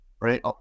right